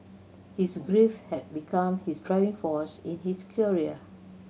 his grief had become his driving force in his career